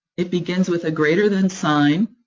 it begins with a greater-than sign.